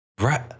Right